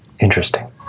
Interesting